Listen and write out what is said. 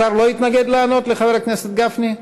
השר לא יתנגד לענות לחבר הכנסת גפני?